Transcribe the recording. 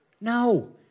No